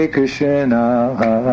Krishna